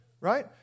right